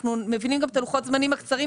ואנחנו מבינים אותם.